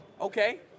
Okay